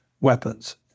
weapons